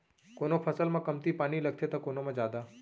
कोनो फसल म कमती पानी लगथे त कोनो म जादा